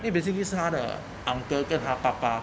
!hey! basically 是他的 uncle 跟他爸爸